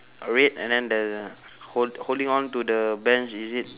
red and then there's a hold~ holding on to the bench is it